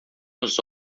nos